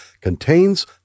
contains